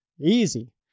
Easy